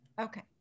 Okay